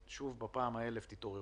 שוב בפעם האלף: תתעוררו.